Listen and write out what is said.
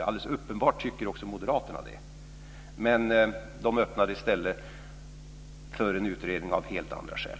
Alldeles uppenbart tycker också moderaterna det, men de öppnar i stället för en utredning av helt andra skäl.